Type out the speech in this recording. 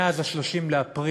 מאז 30 באפריל